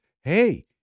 hey